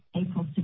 april